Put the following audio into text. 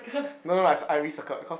no no no I cir~ I recircled cause